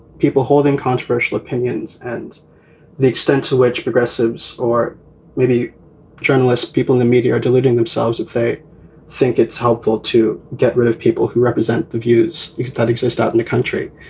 people holding controversial. opinions and the extent to which progressive's or maybe journalists, people in the media are deluding themselves if they think it's helpful to get rid of people who represent the views eckstut exist out in the country.